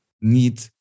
need